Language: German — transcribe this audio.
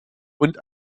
und